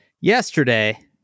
Yesterday